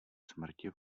smrti